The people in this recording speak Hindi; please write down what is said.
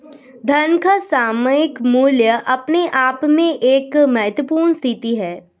धन का सामयिक मूल्य अपने आप में एक महत्वपूर्ण स्थिति है